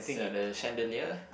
Sia the chandelier